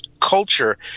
culture